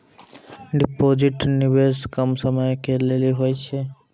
Deposit निवेश कम समय के लेली होय छै?